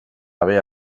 haver